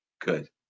Good